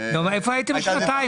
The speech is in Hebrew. נושא מורכב, בכנות.